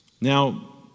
Now